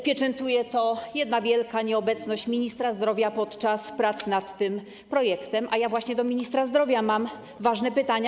Pieczętuje to jedna wielka nieobecność ministra zdrowia podczas prac nad tym projektem, a właśnie do ministra zdrowia mam ważne pytania.